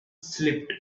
slipped